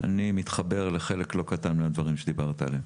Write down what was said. אני מתחבר לחלק לא קטן מהדברים שדיברת עליהם.